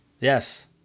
Yes